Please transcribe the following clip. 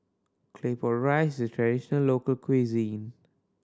Claypot Rice is a traditional local cuisine